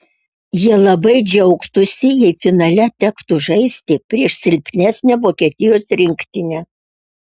jie labai džiaugtųsi jei finale tektų žaisti prieš silpnesnę vokietijos rinktinę